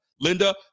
Linda